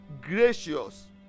gracious